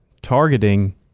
targeting